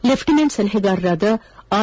lieutenant ಸಲಹೆಗಾರರಾದ R